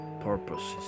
purposes